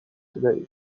today